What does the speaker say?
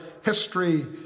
history